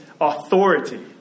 authority